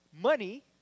Money